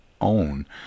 own